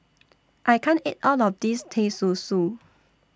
I can't eat All of This Teh Susu